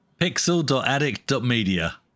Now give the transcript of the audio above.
Pixel.addict.media